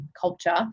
culture